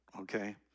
okay